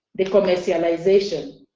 the commercialization,